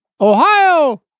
Ohio